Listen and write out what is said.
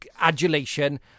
adulation